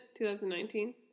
2019